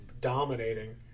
dominating